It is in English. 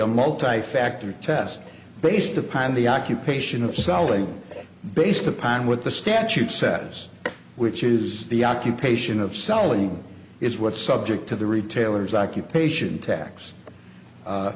a multi factor test based upon the occupation of selling based upon what the statute says which is the occupation of selling is what subject to the retailers occupation tax